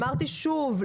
אמרתי שוב,